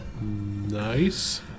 Nice